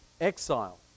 Exile